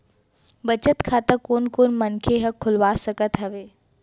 बचत खाता कोन कोन मनखे ह खोलवा सकत हवे?